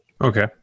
Okay